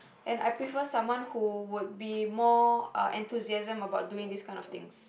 and I prefer someone who would be more uh enthusiasm about doing this kind of things